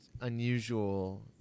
unusual